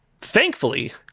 thankfully